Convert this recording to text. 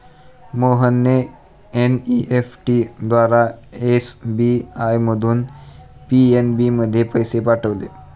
मोहनने एन.ई.एफ.टी द्वारा एस.बी.आय मधून पी.एन.बी मध्ये पैसे पाठवले